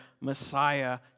Messiah